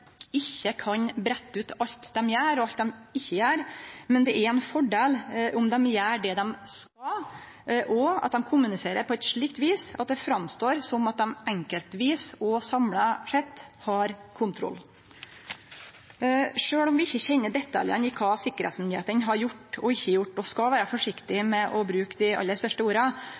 ikkje kan brette ut alt dei gjer, og alt dei ikkje gjer, men det er ein fordel om dei gjer det dei skal, og at dei kommuniserer på eit slikt vis at det står fram som at dei enkeltvis og samla sett har kontroll. Sjølv om vi ikkje kjenner detaljane i kva sikkerheitsmyndigheitene har gjort og ikkje gjort, og skal vere forsiktige med å bruke dei